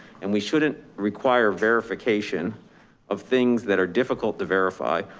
and we shouldn't require verification of things that are difficult to verify,